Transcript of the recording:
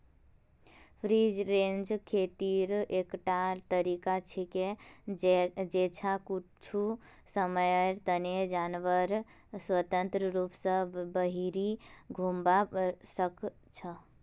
free range खेतीर एकटा तरीका छिके जैछा कुछू समयर तने जानवर स्वतंत्र रूप स बहिरी घूमवा सख छ